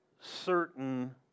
certain